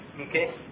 Okay